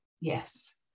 Yes